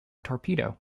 torpedo